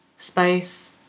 space